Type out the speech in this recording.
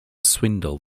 swindle